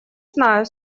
знаю